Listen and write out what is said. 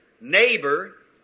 neighbor